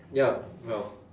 ya well